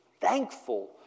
thankful